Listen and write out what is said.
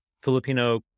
filipino